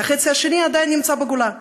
והחצי השני עדיין נמצא בגולה.